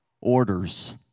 orders